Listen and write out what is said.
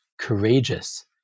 courageous